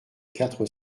quatre